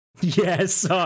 Yes